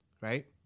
right